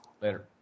later